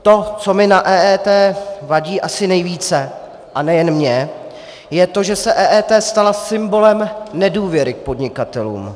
To, co mi na EET vadí asi nejvíce, a nejen mně, je to, že se EET stala symbolem nedůvěry k podnikatelům.